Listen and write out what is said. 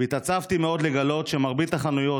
התעצבתי מאוד לגלות שמרבית החנויות,